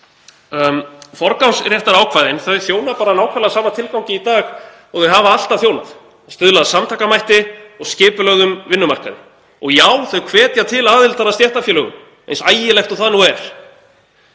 Forgangsréttarákvæðin þjóna bara nákvæmlega sama tilgangi í dag og þau hafa alltaf þjónað, að stuðla að samtakamætti og skipulögðum vinnumarkaði. Og já, þau hvetja til aðildar að stéttarfélögum — eins ægilegt og það nú er.